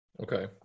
Okay